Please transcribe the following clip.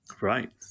Right